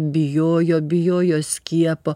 bijojo bijojo skiepo